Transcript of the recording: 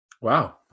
Wow